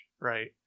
Right